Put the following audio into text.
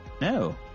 No